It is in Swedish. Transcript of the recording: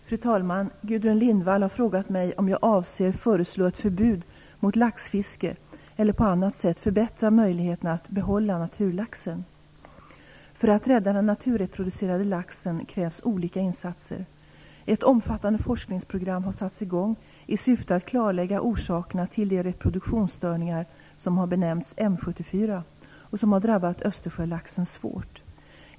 Fru talman! Gudrun Lindvall har frågat mig om jag avser att föreslå ett förbud mot laxfiske eller på annat sätt förbättra möjligheterna att behålla naturlaxen. För att rädda den naturreproducerande laxen krävs olika insatser. Ett omfattande forskningsprogram har satts i gång i syfte att klarlägga orsakerna till de reproduktionsstörningar som har benämnts M74 och som har drabbat Östersjölaxen svårt.